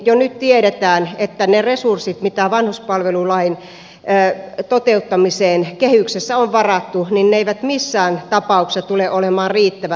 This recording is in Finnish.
jo nyt tiedetään että ne resurssit mitä vanhuspalvelulain toteuttamiseen kehyksessä on varattu eivät missään tapauksessa tule olemaan riittävät